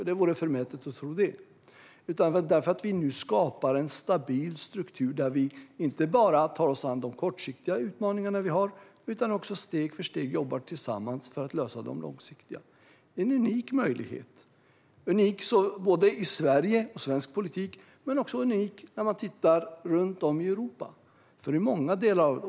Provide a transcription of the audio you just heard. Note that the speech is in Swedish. Det vore förmätet att tro det. Det är för att vi nu skapar en stabil struktur där vi inte bara tar oss an de kortsiktiga utmaningar vi har utan steg för steg jobbar tillsammans för att lösa de långsiktiga. Det är en unik möjlighet både i Sverige och i svensk politik men också unik när man tittar runt om i Europa.